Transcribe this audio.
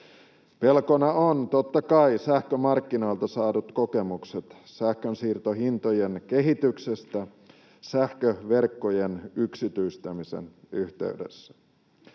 Pelkona ovat totta kai sähkömarkkinoilta saadut kokemukset sähkönsiirtohintojen kehityksestä sähköverkkojen yksityistämisen yhteydessä.